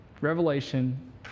Revelation